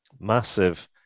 massive